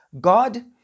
God